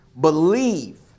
believe